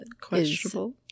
Questionable